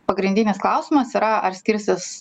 pagrindinis klausimas yra ar skirsis